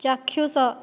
ଚାକ୍ଷୁଷ